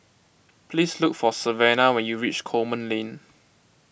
please look for Savannah when you reach Coleman Lane